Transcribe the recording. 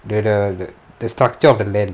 the the the structure of the land